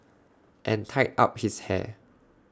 and tied up his hair